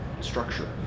structure